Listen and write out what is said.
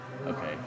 Okay